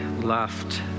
left